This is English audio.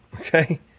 okay